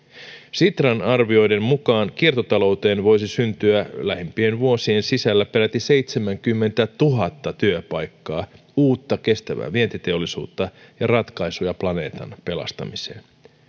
sitran arvioiden mukaan kiertotalouteen voisi syntyä lähimpien vuosien sisällä peräti seitsemänkymmentätuhatta työpaikkaa uutta kestävää vientiteollisuutta ja ratkaisuja planeetan pelastamiseen